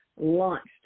launched